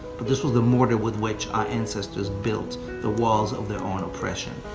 but this was the mortar with which our ancestors built the walls of their own oppression.